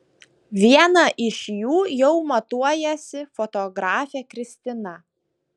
vieną iš jų jau matuojasi fotografė kristina